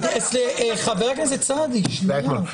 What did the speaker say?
חבר הכנסת סעדי לא,